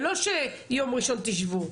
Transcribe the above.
ולא שביום ראשון תשבו.